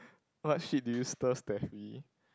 what shit did you stir Stefanie